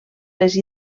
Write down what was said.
les